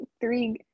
three